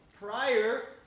prior